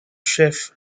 chef